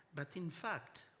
but in fact,